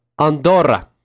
Andorra